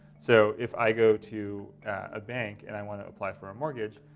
so if i go to a bank and i want to apply for a mortgage,